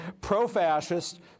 pro-fascist